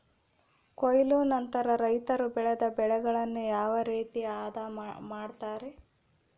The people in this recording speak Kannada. ಕೊಯ್ಲು ನಂತರ ರೈತರು ಬೆಳೆದ ಬೆಳೆಯನ್ನು ಯಾವ ರೇತಿ ಆದ ಮಾಡ್ತಾರೆ?